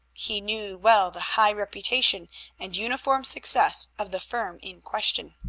he knew well the high reputation and uniform success of the firm in question.